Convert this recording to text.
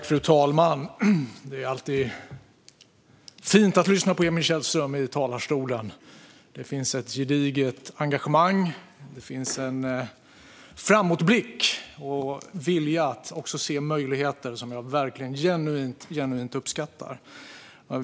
Fru talman! Det är alltid fint att lyssna på Emil Källström i talarstolen. Det finns ett gediget engagemang. Det finns en framåtblick och en vilja att se möjligheter som jag genuint uppskattar.